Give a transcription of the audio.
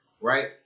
right